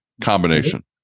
combination